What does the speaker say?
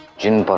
genie.